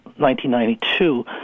1992